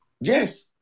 Yes